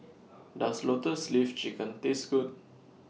Does Lotus Leaf Chicken Taste Good